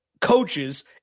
coaches